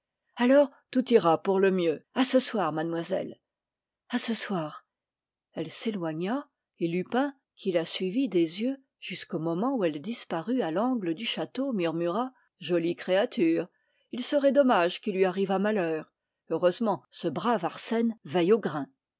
alors tout ira pour le mieux à ce soir mademoiselle à ce soir elle s'éloigna et lupin qui la suivit des yeux jusqu'au moment où elle disparut à l'angle du château murmura jolie créature il serait dommage qu'il lui arrivât malheur heureusement ce brave arsène veille au grain